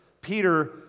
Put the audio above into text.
Peter